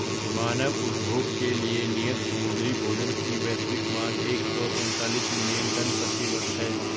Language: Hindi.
मानव उपभोग के लिए नियत समुद्री भोजन की वैश्विक मांग एक सौ तैंतालीस मिलियन टन प्रति वर्ष है